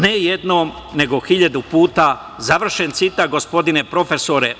Ne jednom nego hiljadu puta“ završen citat, gospodine profesore.